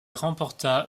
remporta